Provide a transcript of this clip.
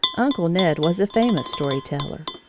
uncle ned was a famous story-teller.